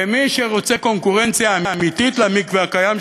ומי שרוצה קונקורנציה אמיתית למקווה הקיים,